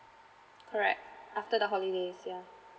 correct after the holidays yeah